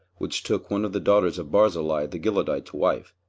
which took one of the daughters of barzillai the gileadite to wife,